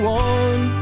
one